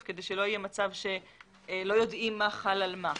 כדי שלא יהיה מצב שלא יודעים מה חל על מה.